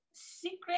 secret